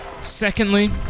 Secondly